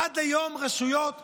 עד היום, רשויות אמרו,